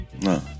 No